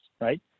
right